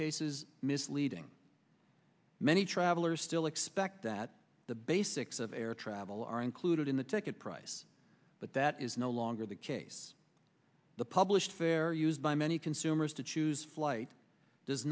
cases misleading many travelers still expect that the basics of air travel are included in the ticket price but that is no longer the case the published fare used by many consumers to choose flight does